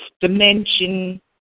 dimension